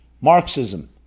Marxism